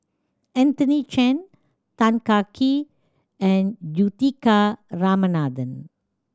Anthony Chen Tan Kah Kee and Juthika Ramanathan